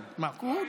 אכבר,